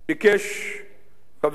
ביקש חברי,